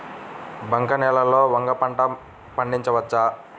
బంక నేలలో వంగ పంట పండించవచ్చా?